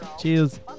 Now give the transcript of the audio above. Cheers